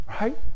Right